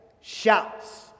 Shouts